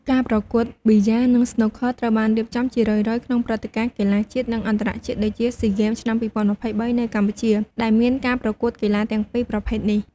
ការប្រកួតប៊ីយ៉ា និងស្នូកឃឺត្រូវបានរៀបចំជារឿយៗក្នុងព្រឹត្តិការណ៍កីឡាជាតិ និងអន្តរជាតិ ដូចជា ស៊ីហ្គេម ឆ្នាំ ២០២៣ នៅកម្ពុជា ដែលមានការប្រកួតកីឡាទាំងពីរប្រភេទនេះ។